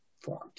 formed